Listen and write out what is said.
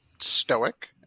stoic